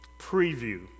preview